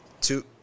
two